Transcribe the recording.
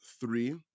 three